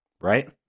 Right